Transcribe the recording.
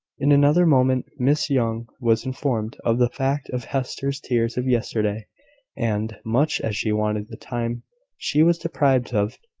in another moment miss young was informed of the fact of hester's tears of yesterday and, much as she wanted the time she was deprived of